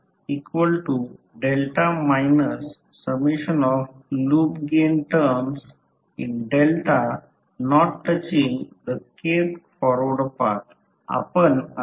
आणि mutual inductance M21 जेव्हाही M21 लिहा म्हणजे यालाच खरेतर मुच्युअल इंडक्टन्स म्हणतात